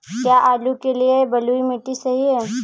क्या आलू के लिए बलुई मिट्टी सही है?